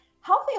healthy